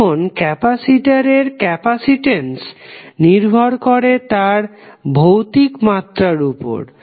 এখন ক্যাপাসিটরের ক্যাপাসিটেন্স নির্ভর করে তার ভৌতিক মাত্রার উপর